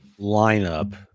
lineup